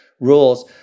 rules